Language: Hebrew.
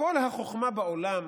כל החוכמה בעולם,